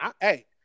Hey